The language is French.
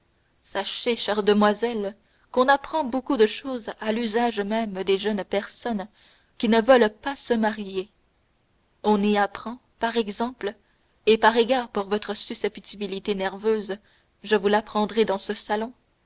sachez ma chère demoiselle qu'on apprend beaucoup de choses à l'usage même des jeunes personnes qui ne veulent pas se marier on y apprend par exemple et par égard pour votre susceptibilité nerveuse je vous l'apprendrai dans ce salon